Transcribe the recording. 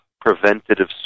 preventative